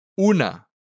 Una